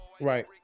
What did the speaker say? Right